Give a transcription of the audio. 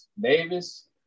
Davis